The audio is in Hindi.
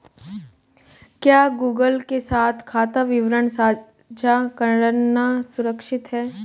क्या गूगल के साथ खाता विवरण साझा करना सुरक्षित है?